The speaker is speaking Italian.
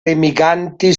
remiganti